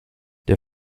der